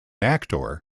actor